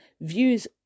views